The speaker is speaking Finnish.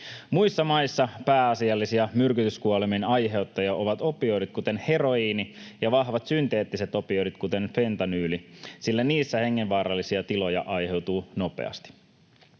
Muissa maissa pääasiallisia myrkytyskuolemien aiheuttajia ovat opioidit, kuten heroiini, ja vahvat synteettiset opioidit, kuten fentanyyli, sillä niissä hengenvaarallisia tiloja aiheutuu nopeasti.